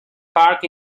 park